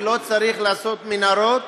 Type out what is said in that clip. ולא צריך לעשות מנהרות,